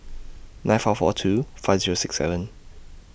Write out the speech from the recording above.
nine four four two five Zero six seven